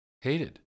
hated